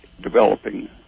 developing